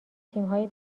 تیمهای